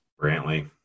Brantley